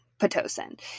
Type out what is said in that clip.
Pitocin